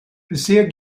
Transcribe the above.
bisher